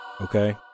Okay